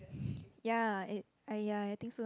ya it ah ya I think so lah